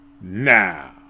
Now